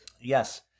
Yes